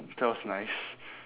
that was nice